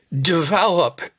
develop